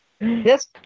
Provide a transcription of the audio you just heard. yes